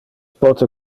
pote